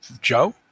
Joe